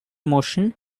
motion